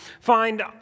find